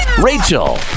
rachel